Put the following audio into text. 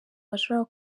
bashobora